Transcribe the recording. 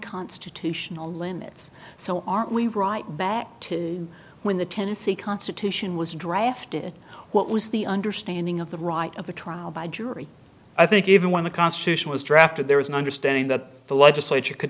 constitutional limits so are we right back to when the tennessee constitution was drafted and what was the understanding of the right of the trial by jury i think even when the constitution was drafted there was an understanding that the legislature could